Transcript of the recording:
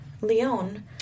Leon